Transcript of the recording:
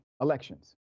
elections